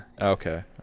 Okay